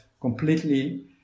completely